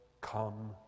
come